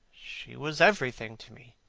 she was everything to me.